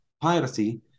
piracy